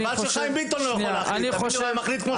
חבל שחיים ביטון לא יכול להחליט תאמין לי הוא היה מחליט כמו שצריך.